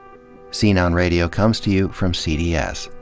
scene on radio comes to you from cds,